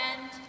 end